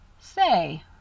Say